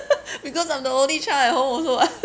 because I'm the only child at home also [what]